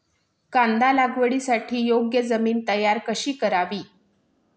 कांदा लागवडीसाठी योग्य जमीन तयार कशी करावी?